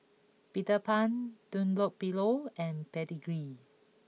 Peter Pan Dunlopillo and Pedigree